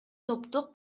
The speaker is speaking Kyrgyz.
топтук